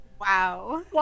Wow